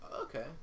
Okay